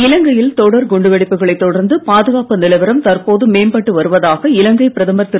இலங்கையில் தொடர் குண்டுவெடிப்புகளைத் தொடர்ந்து பாதுகாப்பு நிலவரம் தற்போது மேம்பட்டு வருவதாக இலங்கை பிரதமர் திரு